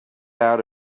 out